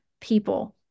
people